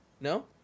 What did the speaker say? No